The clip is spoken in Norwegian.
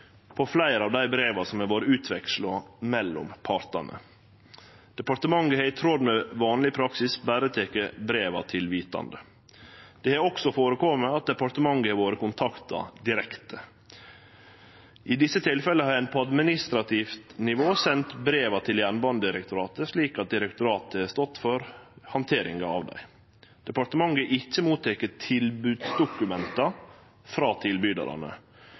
på fleire av dei breva som har vore utveksla mellom partane. Departementet har i tråd med vanleg praksis berre teke breva til vitande. Det har også førekome at departementet har vorte kontakta direkte. I desse tilfella har ein på administrativt nivå sendt breva til Jernbanedirektoratet, slik at direktoratet har stått for handteringa av dei. Departementet har ikkje teke imot tilbodsdokumenta frå